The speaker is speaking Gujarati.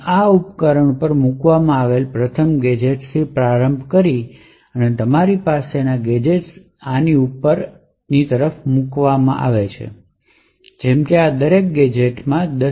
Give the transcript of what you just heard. આ ઉપકરણ પર મૂકવામાં આવેલા પ્રથમ ગેજેટ્સ થી પ્રારંભ કરીને તમારી પાસે ગેજેટ્સ આની જેમ ઉપરની તરફ જતા હશે જેમ કે આ દરેક ગેજેટ્સ માં 10